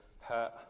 hurt